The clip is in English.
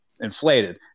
inflated